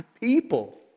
people